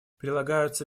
прилагаются